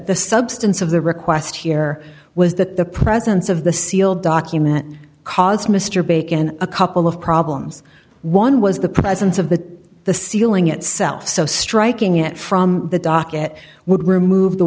the substance of the request here was that the presence of the sealed document caused mr bacon a couple of problems one was the presence of the the ceiling itself so striking it from the docket would remove the